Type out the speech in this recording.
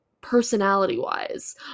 personality-wise